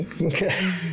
Okay